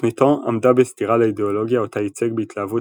תוכניתו עמדה בסתירה לאידאולוגיה אותה ייצג בהתלהבות